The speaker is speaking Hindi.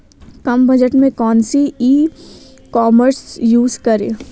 कम बजट में कौन सी ई कॉमर्स यूज़ करें?